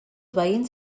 veïns